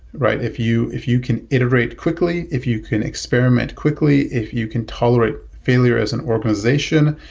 right? if you if you can iterate quickly, if you can experiment quickly, if you can tolerate failure as an organization,